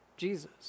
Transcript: Jesus